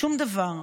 שום דבר.